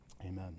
amen